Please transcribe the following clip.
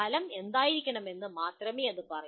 ഫലം എന്തായിരിക്കണമെന്ന് മാത്രമേ അത് പറയൂ